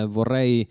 Vorrei